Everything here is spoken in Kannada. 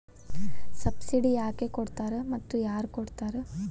ಸಬ್ಸಿಡಿ ಯಾಕೆ ಕೊಡ್ತಾರ ಮತ್ತು ಯಾರ್ ಕೊಡ್ತಾರ್?